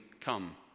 come